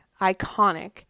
iconic